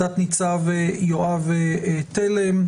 תת-ניצב יואב תלם,